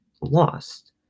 lost